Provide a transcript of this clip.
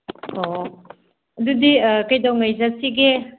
ꯑꯣ ꯑꯗꯨꯗꯤ ꯀꯩꯗꯧꯉꯩ ꯆꯠꯁꯤꯒꯦ